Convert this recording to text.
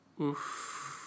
Oof